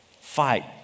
Fight